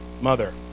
Mother